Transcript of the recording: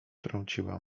trąciła